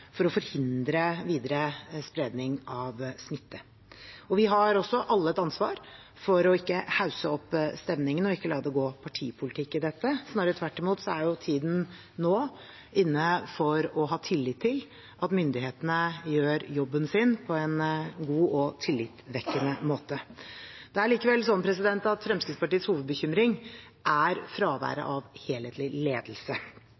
for å forhindre videre spredning av smitte. Vi har også alle et ansvar for ikke å hausse opp stemningen og la det gå partipolitikk i dette. Snarere tvert imot er tiden nå inne for å ha tillit til at myndighetene gjør jobben sin på en god og tillitvekkende måte. Det er likevel sånn at Fremskrittspartiets hovedbekymring er fraværet av en helhetlig ledelse.